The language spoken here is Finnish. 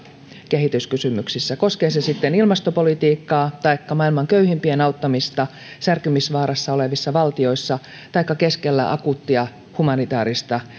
kehityskysymyksissä koskee se sitten ilmastopolitiikkaa taikka maailman köyhimpien auttamista särkymisvaarassa olevissa valtioissa taikka keskellä akuuttia humanitaarista